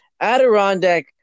Adirondack